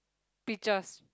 pictures